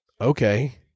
Okay